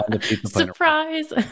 Surprise